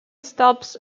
stops